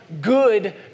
good